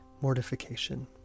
mortification